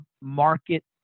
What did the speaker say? market